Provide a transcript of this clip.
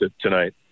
tonight